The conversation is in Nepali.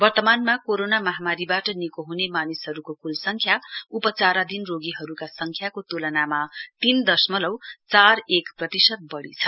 वर्तमानमा कोरोना महामारीबाट निको ह्ने मानिसहरूको क्ल संख्या उपचाराधीन रोहीहरूका संख्याको तुलनामा तीन दशमलउ चार एक प्रतिशत बढी छ